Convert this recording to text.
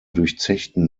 durchzechten